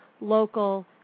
local